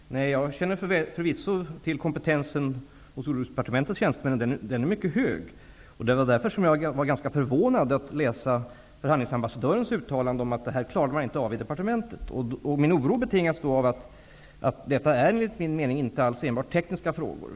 Herr talman! Jag känner förvisso till kompetensen hos Jordbruksdepartementets tjänstemän. Den är mycket hög. Därför var jag ganska förvånad över att läsa förhandlingsambassadörens uttalande om att man inte klarade av det här i departementet. Min oro betingas av att detta enligt min mening inte enbart är tekniska frågor.